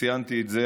וציינתי את זה,